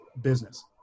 business